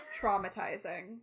traumatizing